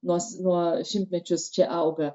nuo nuo šimtmečius čia auga